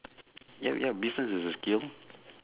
yup yup business is a skill